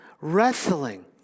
wrestling